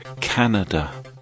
Canada